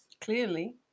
Clearly